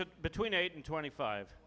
to between eight and twenty five